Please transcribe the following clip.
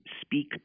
speak